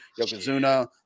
Yokozuna